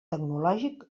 tecnològic